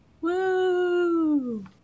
Woo